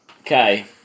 Okay